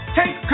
take